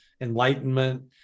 enlightenment